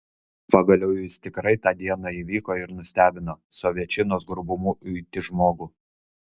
pagaliau jis tikrai tą dieną įvyko ir nustebino sovietčinos grubumu uiti žmogų